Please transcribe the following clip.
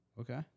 Okay